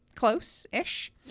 Close-ish